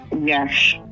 Yes